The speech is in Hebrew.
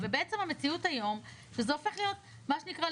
המציאות היום היא שזה הופך להיות חיים